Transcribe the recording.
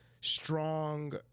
strong